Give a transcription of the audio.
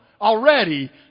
already